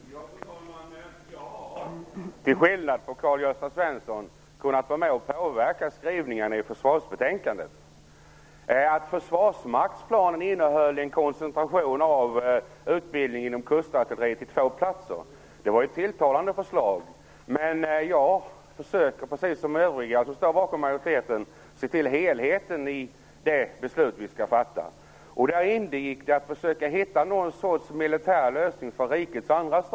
Fru talman! Jag har, till skillnad från Karl-Gösta Svenson, kunnat vara med och påverka skrivningarna i försvarsbetänkandet. Att försvarsmaktsplanen innehöll en koncentration av utbildningen inom kustartilleriet till två platser var ett tilltalande förslag. Men jag försöker, precis som övriga som står bakom majoriteten, att se till helheten i det beslut vi skall fatta. Där ingick det att försöka hitta någon sorts militär lösning för rikets andra stad.